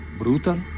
Brutal